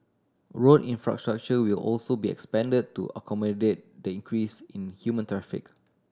road infrastructure will also be expand to accommodate the increase in human